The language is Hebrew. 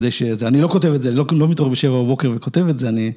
אני לא כותב את זה, אני לא מתעורר בשבע בבוקר וכותב את זה, אני...